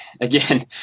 again